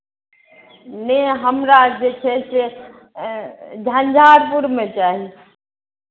नहि हमरा जे छै से झञ्झारपुरमे चाही